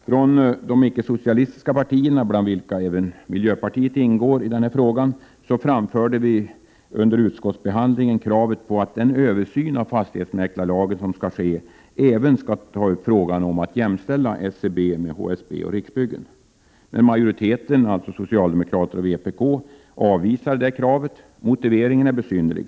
Från de icke-socialistiska partierna, bland vilka även miljöpartiet ingår i denna fråga, framförde vi under utskottsbehandlingen kravet på att man vid den översyn av fastighetsmäklarlagen som skall ske även skall ta upp frågan om att jämställa SBC med HSB och Riksbyggen. Majoriteten bestående av socialdemokraterna och vpk avvisade emellertid detta krav. Motiveringen är besynnerlig.